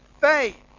faith